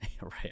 right